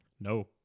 No